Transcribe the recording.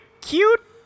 cute